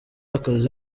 akazi